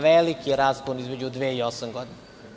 Veliki je raspon između dve i osam godina.